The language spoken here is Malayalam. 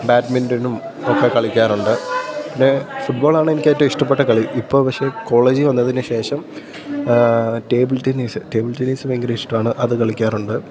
ബാഡ്മിൻ്റനും ഒക്കെ കളിക്കാറുണ്ട് പിന്നെ ഫുട്ബോളാണ് എനിക്കേറ്റവും ഇഷ്ടപ്പെട്ട കളി ഇപ്പോൾ പക്ഷേ കോളേജിൽ വന്നതിന് ശേഷം ടേബിൾ ടെന്നീസ് ടേബിൾ ടെന്നീസ് ഭയങ്കര ഇഷ്ടമാണ് അതു കളിക്കാറുണ്ട്